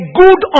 good